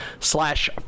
Slash